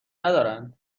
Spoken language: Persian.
ندارند